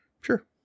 Sure